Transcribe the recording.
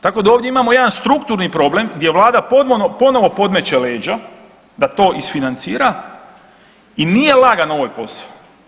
Tako da ovdje imamo jedan strukturni problem gdje vlada ponovno podmeće leša da to isfinancira i nije lagan ovaj posao.